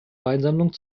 weinsammlung